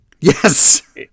Yes